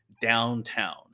Downtown